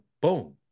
boom